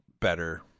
better